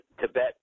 Tibet